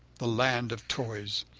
the land of toys.